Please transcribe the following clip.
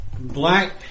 black